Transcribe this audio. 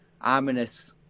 ominous